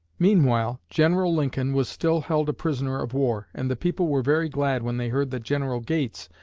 meanwhile, general lincoln was still held a prisoner of war and the people were very glad when they heard that general gates,